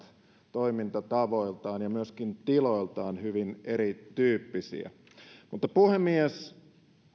toimintatavoiltaan ja myöskin tiloiltaan hyvin erityyppisiä puhemies